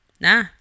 Nah